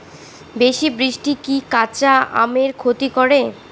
বেশি বৃষ্টি কি কাঁচা আমের ক্ষতি করে?